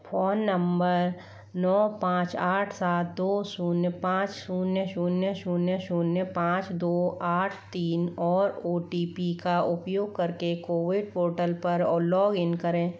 phone number नौ पाँच आठ सात दो शून्य पाँच शून्य शून्य शून्य शून्य पाँच दो आठ तीन और ओ टी पी का उपयोग करके कोविन पोर्टल पर लॉगिन करें